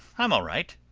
i'm all right.